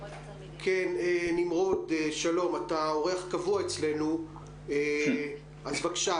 שלום, אתה אורח קבוע אצלנו, בבקשה.